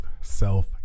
self